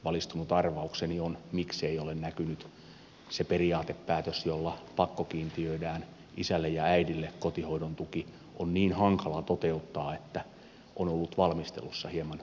valistunut arvaukseni miksei ole näkynyt on että se periaatepäätös jolla pakkokiintiöidään isälle ja äidille kotihoidon tuki on niin hankala toteuttaa että on ollut valmistelussa hieman ongelmia